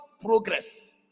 progress